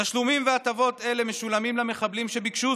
תשלומים והטבות אלו משולמים למחבלים שביקשו